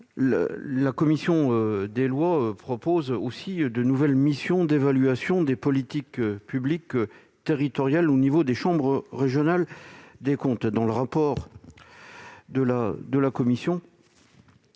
la commission des lois propose de confier de nouvelles missions d'évaluation des politiques publiques territoriales aux chambres régionales des comptes. Le rapport de la commission